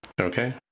Okay